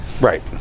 right